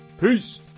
Peace